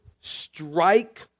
strike